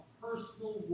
personal